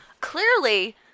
clearly